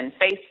face